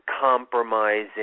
compromising